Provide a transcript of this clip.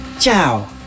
Ciao